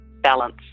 balance